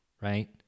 right